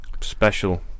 special